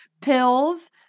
pills